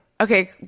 okay